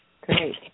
Great